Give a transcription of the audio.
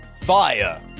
Fire